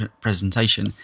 presentation